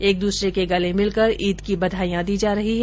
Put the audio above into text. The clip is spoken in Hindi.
एक दूसरे के गले मिलकर ईद की बधाईयां दी जा रही है